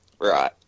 right